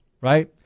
Right